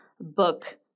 book